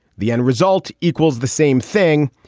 the end result equals the same thing,